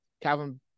Calvin